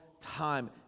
time